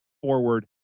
forward